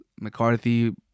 McCarthy